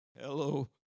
Hello